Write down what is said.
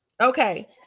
Okay